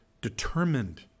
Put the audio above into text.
determined